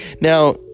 now